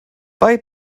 bei